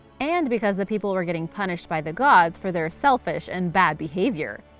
and because the people were getting punished by the gods for their selfish and bad behaviour.